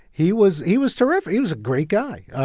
he was he was terrific. he was a great guy. yeah